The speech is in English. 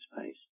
space